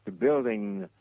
building,